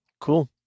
cool